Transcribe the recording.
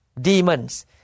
demons